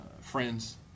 friends